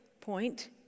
point